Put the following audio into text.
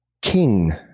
king